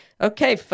Okay